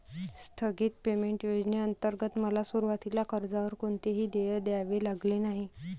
स्थगित पेमेंट योजनेंतर्गत मला सुरुवातीला कर्जावर कोणतेही देय द्यावे लागले नाही